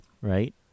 right